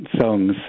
songs